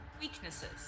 Weaknesses